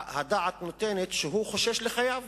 הדעת נותנת שהוא חושש לחייו.